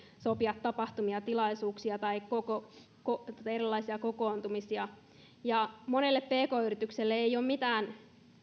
sopia tapahtumia tilaisuuksia tai erilaisia kokoontumisia monelle pk yritykselle ei ole mitään